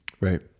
right